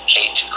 Kate